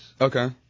Okay